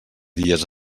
dies